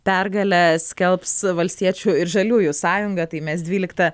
pergalę skelbs valstiečių ir žaliųjų sąjunga tai mes dvyliktą